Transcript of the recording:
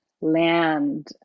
land